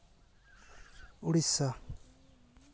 Odisha